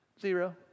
Zero